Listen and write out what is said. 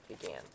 began